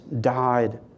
died